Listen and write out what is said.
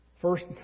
First